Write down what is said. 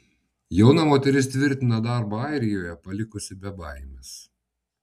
jauna moteris tvirtina darbą airijoje palikusi be baimės